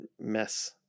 mess